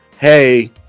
Hey